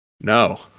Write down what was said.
No